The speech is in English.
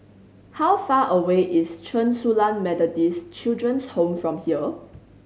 how far away is Chen Su Lan Methodist Children's Home from here